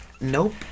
Nope